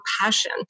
passion